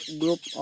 group